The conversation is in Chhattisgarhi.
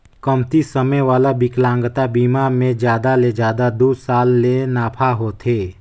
कमती समे वाला बिकलांगता बिमा मे जादा ले जादा दू साल ले नाफा होथे